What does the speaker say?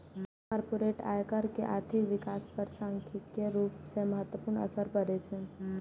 corporate आयकर के आर्थिक विकास पर सांख्यिकीय रूप सं महत्वपूर्ण असर पड़ै छै